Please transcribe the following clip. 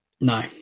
No